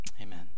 Amen